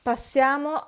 Passiamo